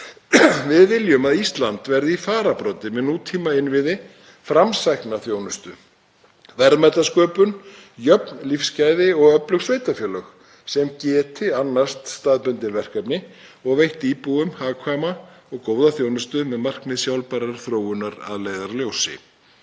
Við viljum að Ísland verði í fararbroddi með nútímainnviði, framsækna þjónustu, verðmætasköpun, jöfn lífsgæði og öflug sveitarfélög sem geti annast staðbundin verkefni og veitt íbúum hagkvæma og góða þjónustu með markmið sjálfbærrar þróunar að leiðarljósi.